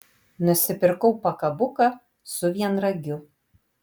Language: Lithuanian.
nusipirkau pakabuką su vienragiu